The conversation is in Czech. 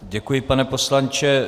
Děkuji, pane poslanče.